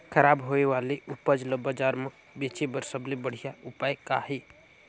खराब होए वाले उपज ल बाजार म बेचे बर सबले बढ़िया उपाय का हे?